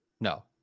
No